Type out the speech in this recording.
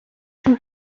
شون